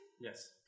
Yes